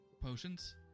Potions